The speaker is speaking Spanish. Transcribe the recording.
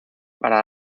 para